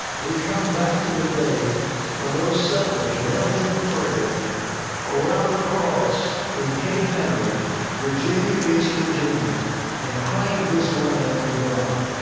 we come back to the day when those settlers knelt in prayer around a cross in cape henry virginia beach, virginia and claimed this land for god.